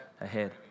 ahead